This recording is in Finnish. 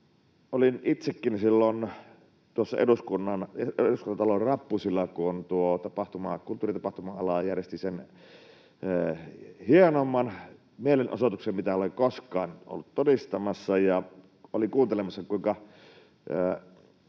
silloin tuossa Eduskuntatalon rappusilla, kun kulttuuri- ja tapahtuma-ala järjesti sen hienoimman mielenosoituksen, mitä olen koskaan ollut todistamassa, ja olin kuuntelemassa, kuinka